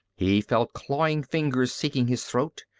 he felt clawing fingers seeking his throat,